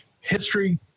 history